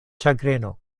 ĉagreno